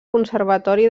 conservatori